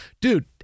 Dude